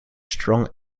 strong